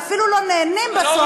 ואפילו לא נהנים בסוף,